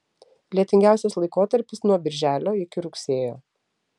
lietingiausias laikotarpis nuo birželio iki rugsėjo